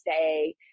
say